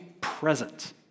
present